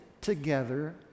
Together